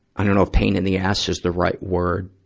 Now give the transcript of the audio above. i don't know if pain in the ass is the right word.